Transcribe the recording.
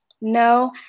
No